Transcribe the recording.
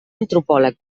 antropòleg